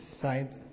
side